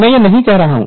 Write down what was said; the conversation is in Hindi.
मैं यह नहीं कर रहा हूं